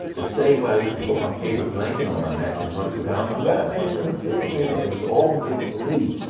the same way i used to put my favorite blanket on my neck and run through the house, i'm batman, and i'm superman, it was all make believe.